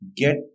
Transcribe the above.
get